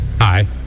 Hi